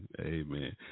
amen